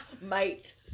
Mate